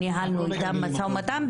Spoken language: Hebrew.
ניהלתם איתם משא ומתן?